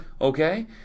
Okay